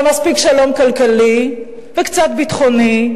ומספיק שלום כלכלי וקצת ביטחוני.